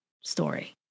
story